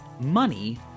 money